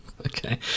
Okay